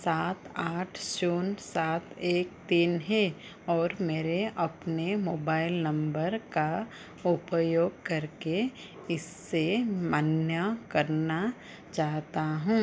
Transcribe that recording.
सात आठ शून्य सात एक तीन है और मेरे अपने मोबाइल नंबर का उपयोग करके इसे मान्य करना चाहता हूँ